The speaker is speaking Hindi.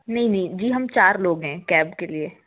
नहीं नहीं जी हम चार लोग हैं कैब के लिए